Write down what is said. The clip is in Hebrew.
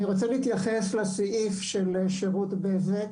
אני רוצה להתייחס לסעיף של שירות בזק.